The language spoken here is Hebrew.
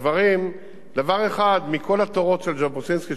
דבר אחד מכל התורות של ז'בוטינסקי, שכל אחד מאמץ,